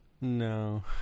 No